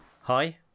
Hi